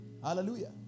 Hallelujah